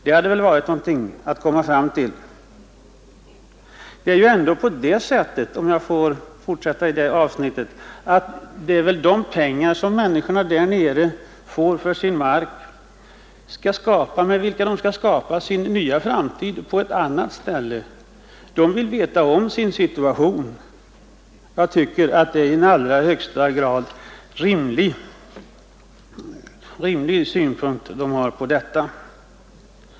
Det hade väl varit ett resultat att försöka uppnå. De pengar som markägarna får för sin mark skall de ju använda för att skapa sig en ny framtid på ett annat ställe. De vill därför få klarhet om sin situation. Det är ett i alla högsta grad rimligt önskemål i detta sammanhang.